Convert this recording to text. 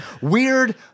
weird